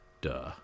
Duh